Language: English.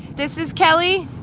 this is kelly.